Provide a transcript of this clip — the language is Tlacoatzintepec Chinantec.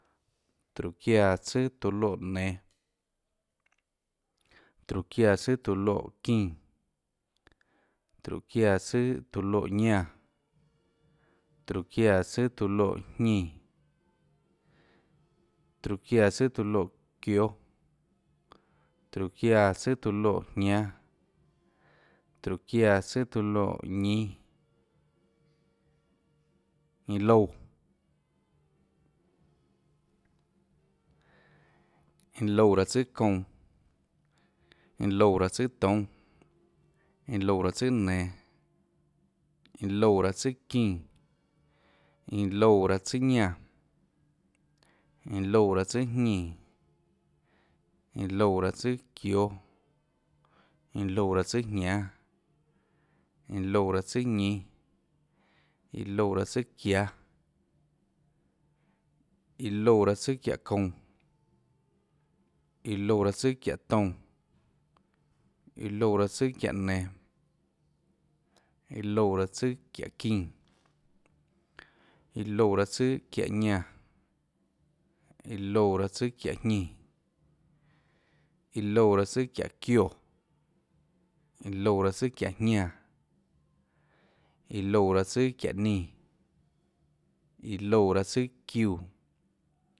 Tróhå çiáã tsùâ tóå loè nenå, tróhå çiáã tsùâ tóå loè çínã, tróhå çiáã tsùâ tóå loè ñánã, tróhå çiáã tsùâ tóå loè jñínã, tróhå çiáã tsùâ tóå loè çióâ, tróhå çiáã tsùâ tóå loè jñánâ, tróhå çiáã tsùâ tóå loè ñínâ, iã loúã, iã loúã raâ tsùàkounã, iã loúã raâ tsùà toúnâ, iã loúã raâ tsùà nenå iã loúã raâ tsùà çín, iã loúã raâ tsùàñánã, iã loúã raâ tsùàjñínã, iã loúã raâ tsùà çióâ, iã loúã raâ tsùàjñánâ, iã loúã raâ tsùà ñínâ, iã loúã raâ tsùà çiáâ, iã loúã raâ tsùà çiáhå kounã, iã loúã raâ tsùàçiáhå toúnâ, iã loúã raâ tsùàçiáhå nen, iã loúã raâ tsùà çiáhå çínã, iã loúã raâ tsùà çiáhå ñánã, iã loúã raâ tsùà çiáhå jñínã, iã loúã raâ tsùà çiáhå çioè, iã loúã raâ tsùà çiáhå jñánã, iã loúã raâ tsùàçiáhå nínã, iã loúã raâ tsùà çiúã.